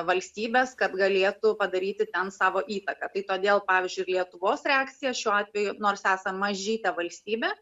valstybes kad galėtų padaryti ten savo įtaką kai todėl pavyzdžiui ir lietuvos reakcija šiuo atveju nors esam mažytė valstybė